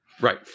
Right